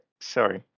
Sorry